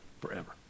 forever